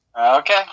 Okay